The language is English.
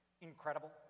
incredible